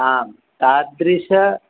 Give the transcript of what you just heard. आं तादृश